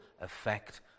effect